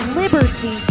liberty